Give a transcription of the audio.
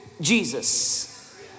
Jesus